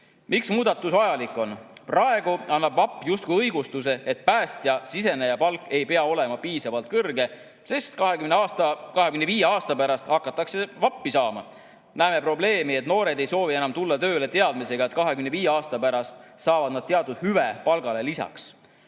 Miks see muudatus vajalik on? Praegu annab VAP justkui õigustuse, et päästja[ametisse] siseneja palk ei pea olema piisavalt kõrge, sest 25 aasta pärast hakatakse VAP‑i saama. Näeme probleemi, et noored ei soovi enam tulla tööle teadmisega, et 25 aasta pärast saavad nad teatud hüve palgale lisaks.